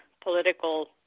political